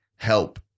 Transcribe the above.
help